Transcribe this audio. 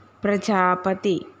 Prajapati